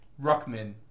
ruckman